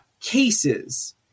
cases